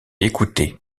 écoutait